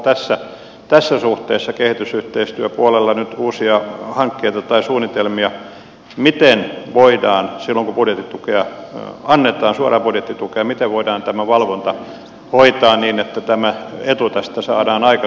onko tässä suhteessa kehitysyhteistyöpuolella nyt uusia hankkeita tai suunnitelmia miten voidaan silloin kun suoraa budjettitukea annetaan tämä valvonta hoitaa niin että tämä etu tästä saadaan aikaiseksi